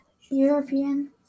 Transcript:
European